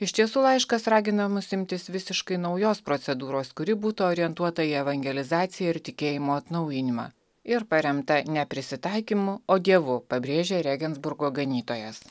iš tiesų laiškas raginama mus imtis visiškai naujos procedūros kuri būtų orientuota į evangelizaciją ir tikėjimo atnaujinimą ir paremta ne prisitaikymu o dievu pabrėžia rėgensburgo ganytojas